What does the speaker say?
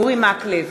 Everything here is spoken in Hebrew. אורי מקלב,